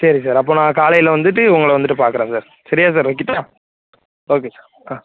சரி சார் அப்போது நான் காலையில் வந்துட்டு உங்களை வந்துட்டு பார்க்குறேன் சார் சரியா சார் வைக்கட்டா ஓகே சார் ஆ